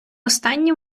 останню